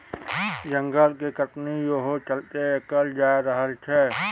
जंगल के कटनी इहो चलते कएल जा रहल छै